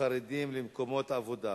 חרדים למקומות עבודה,